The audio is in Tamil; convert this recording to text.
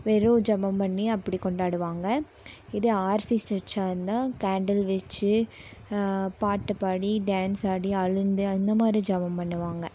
வெறும் ஜபம் பண்ணி அப்படி கொண்டாடுவாங்க இதே ஆர்சி சர்ச்சாக இருந்தால் கேன்டில் வச்சி பாட்டுப் பாடி டான்ஸ் ஆடி அழுந்து அந்த மாதிரி ஜெபம் பண்ணுவாங்க